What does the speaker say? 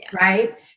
right